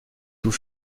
tout